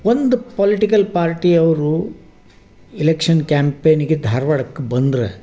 ಒಂದು political party ಅವರು election ಕ್ಯಾಂಪೇನಿಗೆ ಧಾರ್ವಾಡಕ್ಕೆ ಬಂದರೆ